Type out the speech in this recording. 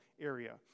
area